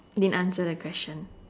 didn't answer the question